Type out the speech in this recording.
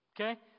okay